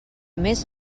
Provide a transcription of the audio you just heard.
més